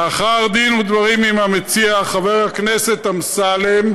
לאחר דין ודברים עם המציע, חבר הכנסת אמסלם,